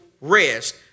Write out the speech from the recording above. rest